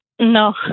No